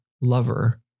lover